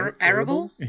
Arable